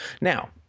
Now